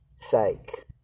sake